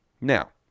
Now